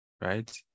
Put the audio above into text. right